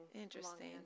Interesting